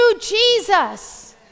Jesus